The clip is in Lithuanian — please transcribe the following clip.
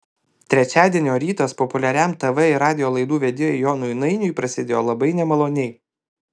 trečiadienio rytas populiariam tv ir radijo laidų vedėjui jonui nainiui prasidėjo labai nemaloniai